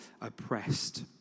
oppressed